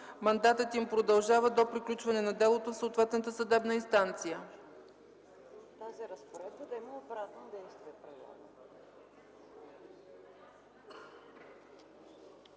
мандатът им продължава до приключване на делото в съответната съдебна инстанция.”